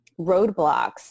roadblocks